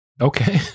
Okay